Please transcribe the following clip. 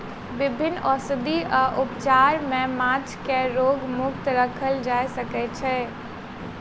विभिन्न औषधि आ उपचार सॅ माँछ के रोग मुक्त राखल जा सकै छै